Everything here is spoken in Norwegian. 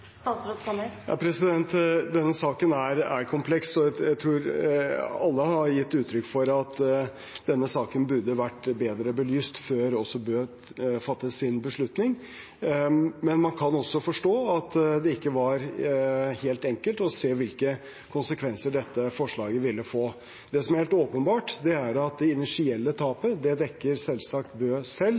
Denne saken er kompleks. Jeg tror alle har gitt uttrykk for at denne saken burde vært bedre belyst før Bø fattet sin beslutning. Men man kan også forstå at det ikke var helt enkelt å se hvilke konsekvenser dette forslaget ville få. Det som er helt åpenbart, er at det initielle tapet dekker selvsagt Bø selv.